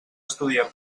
estudiar